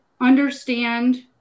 understand